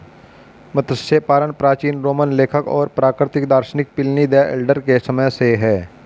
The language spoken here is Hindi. मत्स्य पालन प्राचीन रोमन लेखक और प्राकृतिक दार्शनिक प्लिनी द एल्डर के समय से है